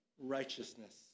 Righteousness